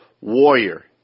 warrior